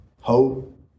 Hope